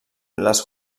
les